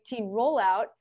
rollout